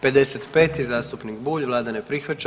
55. zastupnik Bulj, vlada ne prihvaća.